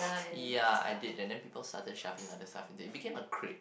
ya I did that then people started shoving other stuff into it it became a crepe